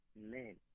men